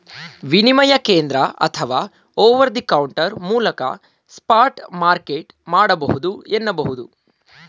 ವಿನಿಮಯ ಕೇಂದ್ರ ಅಥವಾ ಓವರ್ ದಿ ಕೌಂಟರ್ ಮೂಲಕ ಸ್ಪಾಟ್ ಮಾರ್ಕೆಟ್ ಮಾಡಬಹುದು ಎನ್ನುಬಹುದು